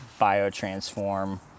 biotransform